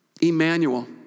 Emmanuel